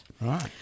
Right